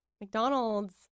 McDonald's